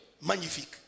magnifique